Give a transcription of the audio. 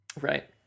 Right